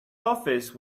office